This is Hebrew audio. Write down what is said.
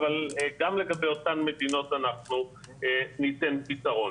אבל גם לגבי אותן מדינות אנחנו ניתן פתרון.